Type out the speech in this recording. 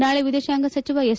ನಾಳೆ ವಿದೇಶಾಂಗ ಸಚಿವ ಎಸ್